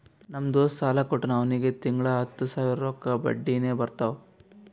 ನಮ್ ದೋಸ್ತ ಸಾಲಾ ಕೊಟ್ಟಾನ್ ಅವ್ನಿಗ ತಿಂಗಳಾ ಹತ್ತ್ ಸಾವಿರ ರೊಕ್ಕಾ ಬಡ್ಡಿನೆ ಬರ್ತಾವ್